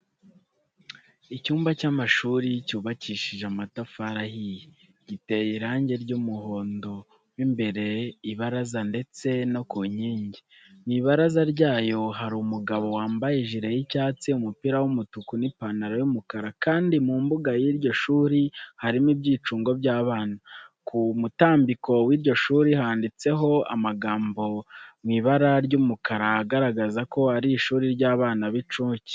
Icyumba cy'amashuri cyubakishije amatafari ahiye, giteye irange ry'umuhondo mo imbere mu ibaraza ndetse no ku nkingi. Mu ibaraza ryayo hari umugabo wambaye ijire y'icyatsi, umupira w'umutuku n'ipantaro y'umukara kandi mu mbuga y'iryo shuri harimo ibyicungo by'abana. Ku mutambiko w'iryo shuri handitseho amagambo mu ibara ry'umukara agaragaza ko ari ishuri ry'abana b'incuke.